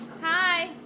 hi